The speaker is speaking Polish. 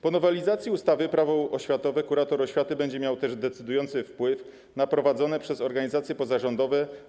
Po nowelizacji ustawy - Prawo oświatowe kurator oświaty będzie miał też decydujący wpływ na zajęcia prowadzone w szkołach przez organizacje pozarządowe.